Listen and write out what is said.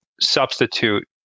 substitute